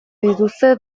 dituzte